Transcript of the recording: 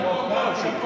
"שוקובו".